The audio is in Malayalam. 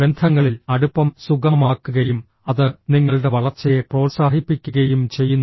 ബന്ധങ്ങളിൽ അടുപ്പം സുഗമമാക്കുകയും അത് നിങ്ങളുടെ വളർച്ചയെ പ്രോത്സാഹിപ്പിക്കുകയും ചെയ്യുന്നു